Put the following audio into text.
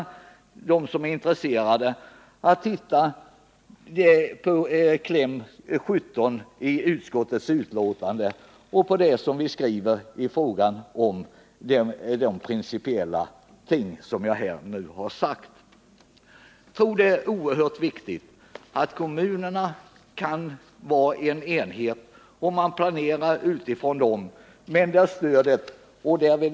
Intresserade hänvisas att studera vad utskottet skriver beträffande de principiella frågor som jag här nämnt. Jag tror att det är oerhört viktigt att kommunerna kan vara en enhet och att man planerar utifrån dem.